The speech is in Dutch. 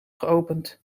geopend